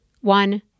One